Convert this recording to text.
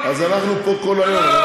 אנחנו פה כל היום.